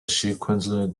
sequential